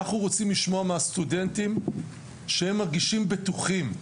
אנחנו רוצים לשמוע מהסטודנטים שהם מרגישים בטוחים.